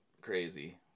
crazy